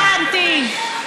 לא הבנתי.